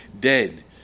dead